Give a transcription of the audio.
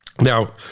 Now